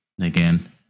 Again